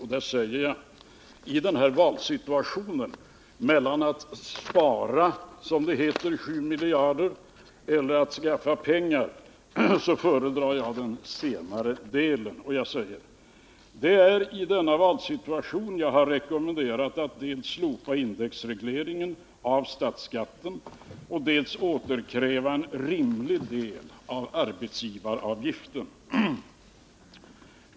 Jag sade att i valet mellan att spara 7 miljarder kronor genom att slopa indexskatten eller att skaffa beloppet genom att dra in på utgifterna för reformverksamheten föredrar jag att slopa indexskatten. Jag citerar: ”Det är i denna valsituation jag har rekommenderat att dels slopa indexregleringen av statsskatten och dels återkräva en rimlig del av arbetsgivaravgiften.